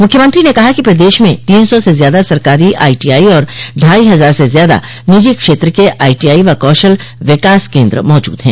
मुख्यमंत्री ने कहा कि प्रदेश में तीन सौ से ज्यादा सरकारी आईटीआई और ढाई हजार से ज्यादा निजी क्षेत्र के आई टीआई व कौशल विकास केन्द्र मौजूद है